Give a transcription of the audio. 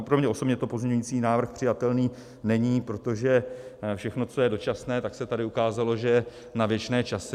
Pro mě osobně to pozměňovací návrh přijatelný není, protože všechno, co je dočasné, tak se tady ukázalo, že je na věčné časy.